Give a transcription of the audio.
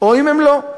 או אם הם לא.